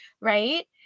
right